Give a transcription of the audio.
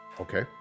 Okay